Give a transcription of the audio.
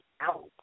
out